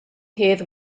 hedd